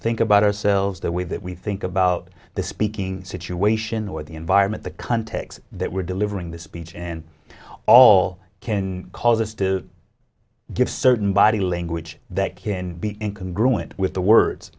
think about ourselves the way that we think about the speaking situation or the environment the context that we're delivering the speech and all can cause us to give certain body language that can be income grew and with the words